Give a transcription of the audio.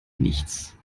nichts